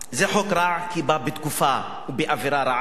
זה חוק רע כי הוא בא בתקופה ובאווירה רעה